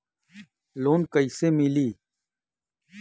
Loan कईसे मिली?